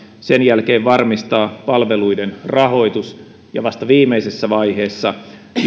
sen jälkeen varmistaa palveluiden rahoitus ja vasta viimeisessä vaiheessa